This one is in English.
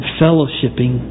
fellowshipping